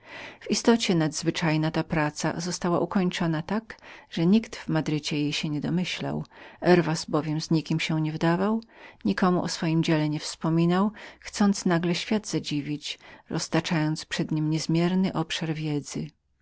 w istocie nadzwyczajna ta praca została ukończoną tak że nikt w madrycie o niej się nie domyślał herwas bowiem z nikim się nie wdawał nikomu o swojem dziele nie wspominał chcąc nagle świat zadziwić roztaczając przed nim tak niezmierny obszar wiedzy